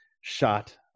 shot